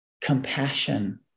compassion